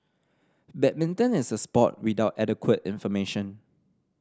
badminton is a sport without adequate information